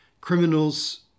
criminals